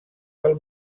del